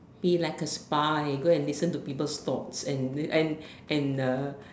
be like a spy go and listen to people's thoughts and and and